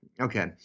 Okay